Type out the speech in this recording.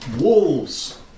Wolves